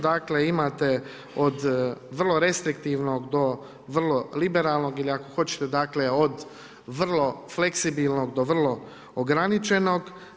Dakle imate od vrlo restriktivnog do vrlo liberalnog ili ako hoćete od vrlo fleksibilnog do vrlo ograničenog.